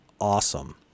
awesome